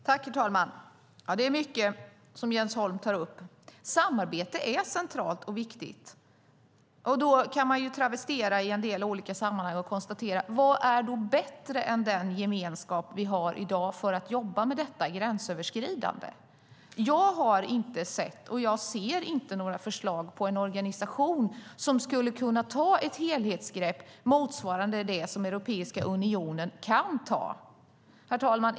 Herr talman! Det är mycket som Jens Holm tar upp. Samarbete är centralt och viktigt. Då kan man ju travestera en del olika sammanhang och fråga: Vad är då bättre än den gemenskap vi har i dag för att jobba med detta gränsöverskridande? Jag har inte sett och jag ser inte några förslag på en organisation som skulle kunna ta ett helhetsgrepp motsvarande det som Europeiska unionen kan ta. Herr talman!